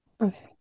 okay